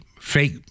fake